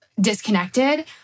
disconnected